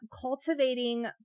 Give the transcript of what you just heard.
cultivating